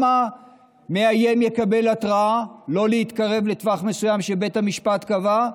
גם המאיים יקבל התראה לא להתקרב מעבר לטווח מסוים שבית המשפט קבע,